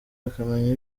akamenya